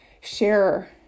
share